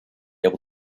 able